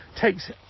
takes